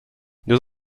deux